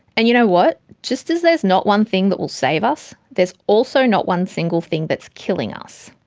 and you know what? just as there's not one thing that will save us, there's also not one single thing that's killing us.